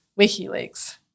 WikiLeaks